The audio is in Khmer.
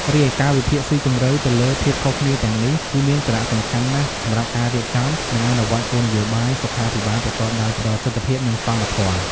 រីឯ ការវិភាគស៊ីជម្រៅទៅលើភាពខុសគ្នាទាំងនេះ គឺមានសារៈសំខាន់ណាស់សម្រាប់ការរៀបចំ និងអនុវត្តគោលនយោបាយសុខាភិបាលប្រកបដោយប្រសិទ្ធភាព និងសមធម៌។